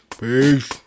Peace